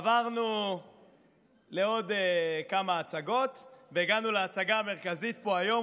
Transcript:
עברנו לעוד כמה הצגות והגענו להצגה המרכזית פה היום,